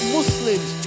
Muslims